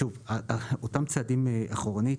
שוב, אותם צעדים אחורנית,